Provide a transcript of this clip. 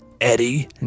Eddie